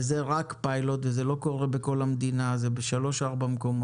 וזה רק פיילוט וזה לא קורה בכל המדינה אלא ב-4-3 מקומות,